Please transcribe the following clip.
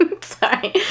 sorry